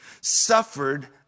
suffered